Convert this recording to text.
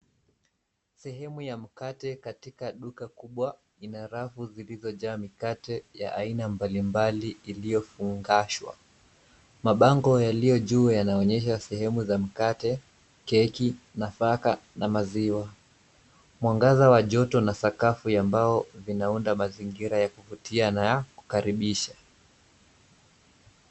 Sehemu ya mkate katika duka kubwa ina rafu zilizo jaamikate ya aina mbalimbali iliyofungashwa. Mabango yaliyojuu yanaonyesha sehemu za mkate keki nafaka na maziwa. Mwangaza wa joto na sakafu ya mbao vinaunda mazingira ya kuvutia na kukaribisha.